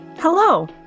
Hello